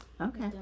Okay